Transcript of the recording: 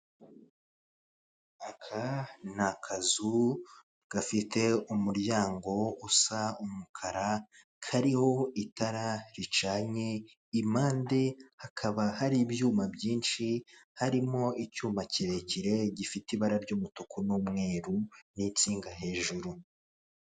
Aka ni akazu gafite umuryango usa umukara kariho itara ricanye impande hakaba hari ibyuma byinshi harimo icyuma kirekire gifite ibara ry'umutuku n'umweru n'insinga hejuru.